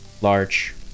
large